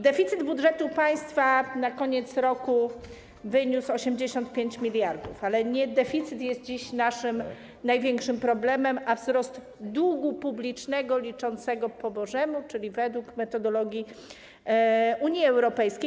Deficyt budżetu państwa na koniec roku wyniósł 85 mld zł, ale nie deficyt jest dziś naszym największym problemem, a wzrost długu publicznego liczony po bożemu, czyli według metodologii Unii Europejskiej.